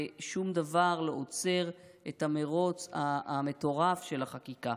ושום דבר לא עוצר את המרוץ המטורף של החקיקה.